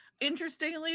interestingly